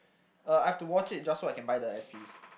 uh I've to watch it just so that I can buy the S_Ps